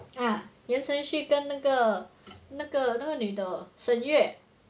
uh 言承旭跟那个那个那个女的沈月